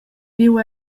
viu